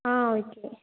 ஆ okay